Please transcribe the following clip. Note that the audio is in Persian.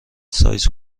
سایز